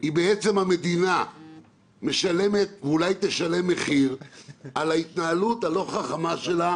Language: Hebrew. היא בעצם זאת שהמדינה משלמת ואולי תשלם מחיר על ההתנהלות הלא חכמה שלה